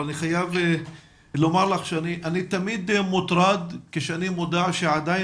אני חייב לומר לך שאני תמיד מוטרד כשאני מודע לכך שעדיין